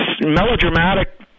melodramatic